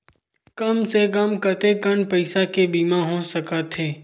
कम से कम कतेकन पईसा के बीमा हो सकथे?